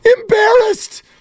Embarrassed